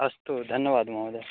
अस्तु धन्यवादः महोदय